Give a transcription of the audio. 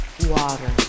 Water